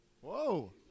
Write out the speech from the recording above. Whoa